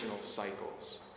cycles